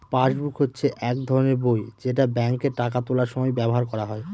passbook হচ্ছে এক ধরনের বই যেটা ব্যাঙ্কে টাকা তোলার সময় ব্যবহার করা হয়